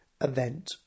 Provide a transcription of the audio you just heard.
event